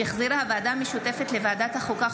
שהחזירה הוועדה המשותפת לוועדת החוקה,